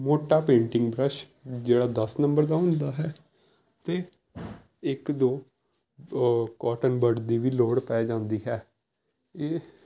ਮੋਟਾ painting brush ਜਿਹੜਾ ਦਸ ਨੰਬਰ ਦਾ ਹੁੰਦਾ ਹੈ ਅਤੇ ਇੱਕ ਦੋ ਕਾਟਨ ਬਡ ਦੀ ਵੀ ਲੋੜ ਪੈ ਜਾਂਦੀ ਹੈ ਇਹ